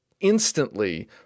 instantly